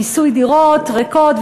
מיסוי דירות ריקות,